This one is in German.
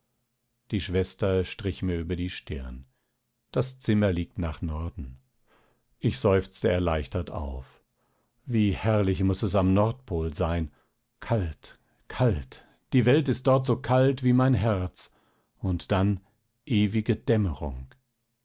die schwester strich mir über die stirn das zimmer liegt nach norden ich seufzte erleichtert auf wie herrlich muß es am nordpol sein kalt kalt die welt ist dort so kalt wie mein herz und dann ewige dämmerung